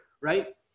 right